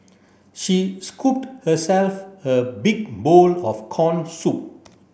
she scooped herself a big bowl of corn soup